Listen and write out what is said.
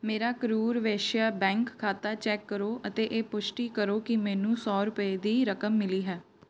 ਮੇਰਾ ਕਰੂਰ ਵੈਸ਼ਿਆ ਬੈਂਕ ਖਾਤਾ ਚੈੱਕ ਕਰੋ ਅਤੇ ਇਹ ਪੁਸ਼ਟੀ ਕਰੋ ਕਿ ਮੈਨੂੰ ਸੌ ਰੁਪਏ ਦੀ ਰਕਮ ਮਿਲੀ ਹੈ